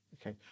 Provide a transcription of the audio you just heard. Okay